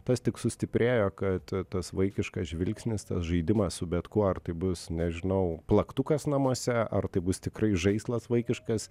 tas tik sustiprėjo kad tas vaikiškas žvilgsnis tas žaidimas su bet kuo ar tai bus nežinau plaktukas namuose ar tai bus tikrai žaislas vaikiškas